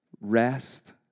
rest